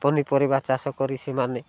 ପନିପରିବା ଚାଷ କରି ସେମାନେ